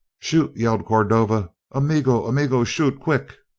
shoot! yelled cordova. amigo, amigo, shoot! quick